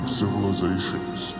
civilizations